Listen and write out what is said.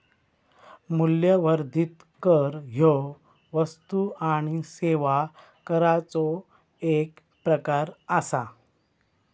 मूल्यवर्धित कर ह्यो वस्तू आणि सेवा कराचो एक प्रकार आसा